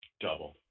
Double